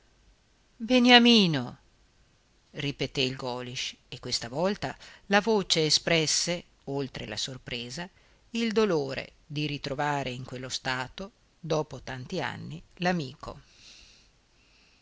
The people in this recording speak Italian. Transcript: beniamino ripeté il golisch e questa volta la voce espresse oltre la sorpresa il dolore di ritrovare in quello stato dopo tanti anni